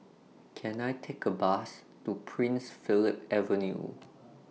Can I Take A Bus to Prince Philip Avenue